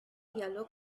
yellow